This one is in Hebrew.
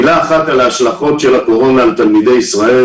מילה על השלכות הקורונה על תלמידי ישראל,